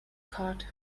card